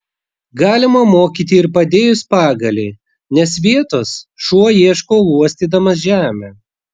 galima mokyti ir padėjus pagalį nes vietos šuo ieško uostydamas žemę